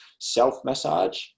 self-massage